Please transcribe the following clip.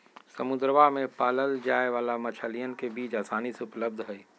समुद्रवा में पाल्ल जाये वाला मछलीयन के बीज आसानी से उपलब्ध हई